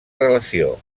relació